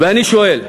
ואני שואל,